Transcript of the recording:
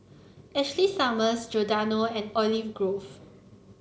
Ashley Summers Giordano and Olive Grove